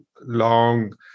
long